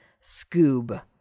Scoob